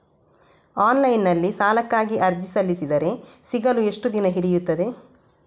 Online ನಲ್ಲಿ ಸಾಲಕ್ಕಾಗಿ ಅರ್ಜಿ ಸಲ್ಲಿಸಿದರೆ ಸಿಗಲು ಎಷ್ಟು ದಿನ ಹಿಡಿಯುತ್ತದೆ?